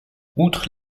outre